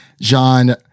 John